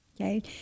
Okay